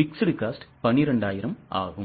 fixed cost 12000 ஆகும்